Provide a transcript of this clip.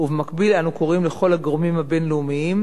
ובמקביל אנו קוראים לכל הגורמים הבין-לאומיים,